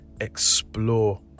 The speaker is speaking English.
explore